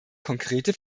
konkrete